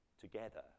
together